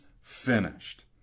finished